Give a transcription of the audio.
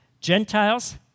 Gentiles